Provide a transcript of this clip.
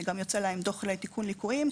שגם יוצא להם דוח לתיקון ליקויים,